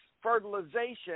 fertilization